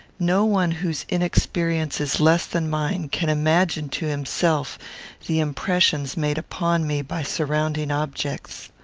no one whose inexperience is less than mine can imagine to himself the impressions made upon me by surrounding objects.